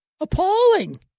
Appalling